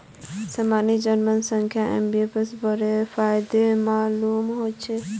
सामान्य जन मानसक आईएमपीएसेर बडका फायदा मालूम ह छेक